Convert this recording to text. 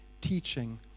teaching